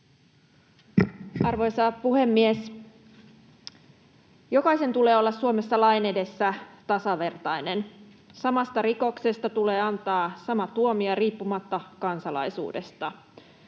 Arvoisa puhemies! Jokaisen tulee olla Suomessa lain edessä tasavertainen: samasta rikoksesta tulee antaa sama tuomio riippumatta kansalaisuudesta.